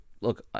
look